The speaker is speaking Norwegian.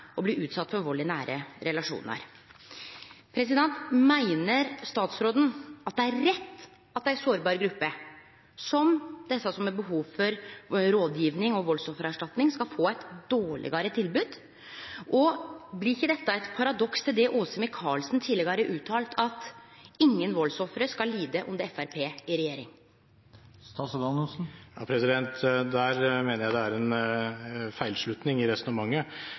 utsett for vald i nære relasjonar. Meiner statsråden at det er rett at ei sårbar gruppe, som desse som har behov for rådgjeving og valdsoffererstatning, skal få eit dårlegare tilbod? Og blir ikkje dette eit paradoks til det Åse Michaelsen tidlegare har uttalt, at ingen valdsoffer skal lide om Framstegspartiet er i regjering? Der mener jeg det er en feilslutning i resonnementet.